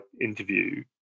interview